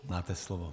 Máte slovo.